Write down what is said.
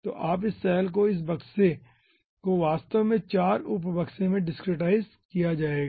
तो इस सैल इस बक्से को वास्तव में 4 उप बक्से में डिसक्रीटाईज किया जाएगा